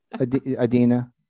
adina